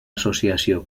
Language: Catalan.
associació